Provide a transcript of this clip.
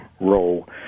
role